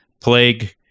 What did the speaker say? plague